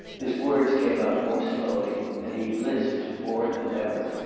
his words came out more slowly, and he lisped more than ever.